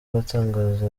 abatangaza